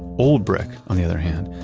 old brick, on the other hand,